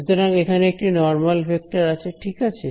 সুতরাং এখানে একটি নরমাল ভেক্টর আছে ঠিক আছে